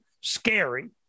scary